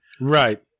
Right